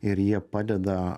ir jie padeda